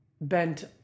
bent